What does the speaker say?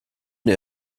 mir